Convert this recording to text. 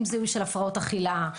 עם זיהוי של הפרעות אכילה,